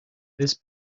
this